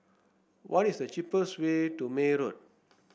what is the cheapest way to May Road